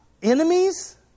Enemies